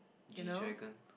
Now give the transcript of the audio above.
G dragon